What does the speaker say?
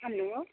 hello